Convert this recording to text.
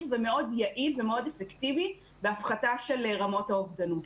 ומאוד יעיל ומאוד אפקטיבי בהפחתה של רמות האובדנות.